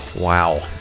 Wow